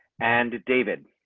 and david